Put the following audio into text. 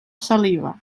saliva